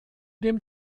dem